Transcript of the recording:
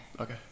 okay